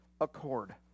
accord